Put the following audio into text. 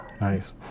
Nice